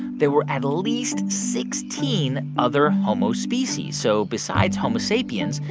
there were at least sixteen other homo species. so besides homo sapiens,